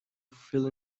fill